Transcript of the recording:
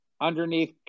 underneath